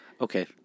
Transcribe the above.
Okay